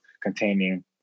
containing